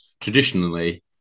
traditionally